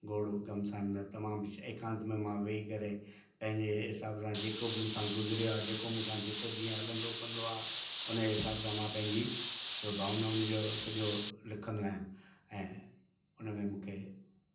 घोड़ो घमसान में तमामु एकांत में मां वेही करे पंहिंजे हिसाब सां जेको बि मूंसां गुज़रियो आ जेको मूं सां जेको जीअं हलंदो कंदो आहे हुन जे हिसाब सां मां पंहिंजी उहे भावनाउनि जो सॼो लिखंदो आहियां ऐं उन में मूंखे